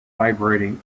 vibrating